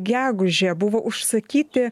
gegužę buvo užsakyti